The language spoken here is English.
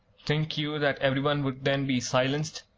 think you that everyone would then be silenced?